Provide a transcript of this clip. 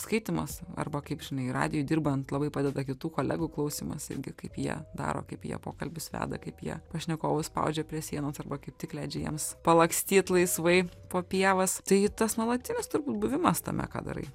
skaitymas arba kaip žinai radijuj dirbant labai padeda kitų kolegų klausymas irgi kaip jie daro kaip jie pokalbius veda kaip jie pašnekovus spaudžia prie sienos arba kaip tik leidžia jiems palakstyt laisvai po pievas tai tas nuolatinis turbūt buvimas tame ką darai